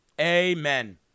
Amen